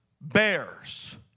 bears